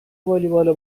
والیبال